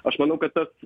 aš manau kad tas